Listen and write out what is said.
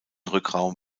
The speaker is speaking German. rückraum